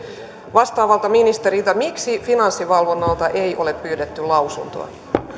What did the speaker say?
vastaavalta ministeriltä miksi finanssivalvonnalta ei ole pyydetty lausuntoa